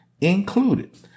included